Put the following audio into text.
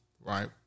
right